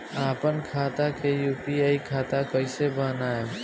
आपन खाता के यू.पी.आई खाता कईसे बनाएम?